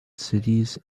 cities